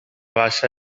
baixa